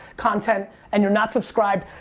content, and you're not subscribed.